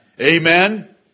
Amen